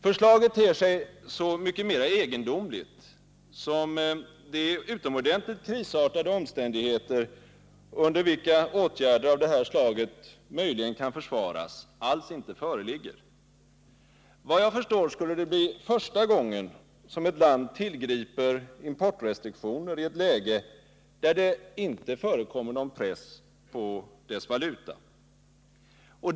Förslaget ter sig så mycket mera egendomligt som sådana utomordentligt krisartade omständigheter, under vilka åtgärder av detta slag möjligen kan försvaras, alls inte föreligger. Om förslaget genomfördes skulle det efter vad jag förstår bli första gången som ett land tillgriper importrestriktioner i ett läge där det inte förekommer någon press på dess valuta.